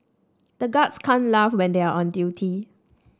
the guards can't laugh when they are on duty